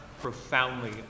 profoundly